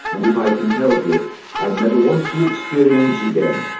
and if i can help it i never want to experience again.